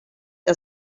que